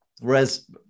Whereas